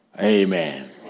Amen